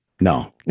No